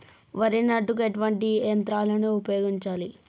వరి నాటుకు ఎటువంటి యంత్రాలను ఉపయోగించాలే?